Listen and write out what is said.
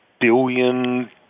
billion